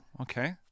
Okay